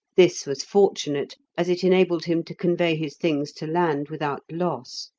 this was fortunate, as it enabled him to convey his things to land without loss.